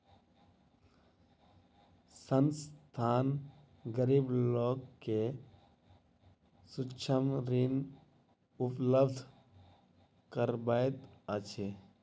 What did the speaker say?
संस्थान, गरीब लोक के सूक्ष्म ऋण उपलब्ध करबैत अछि